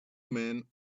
men